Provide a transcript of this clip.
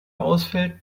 ausfällt